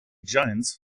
giants